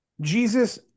Jesus